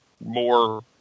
more